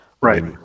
Right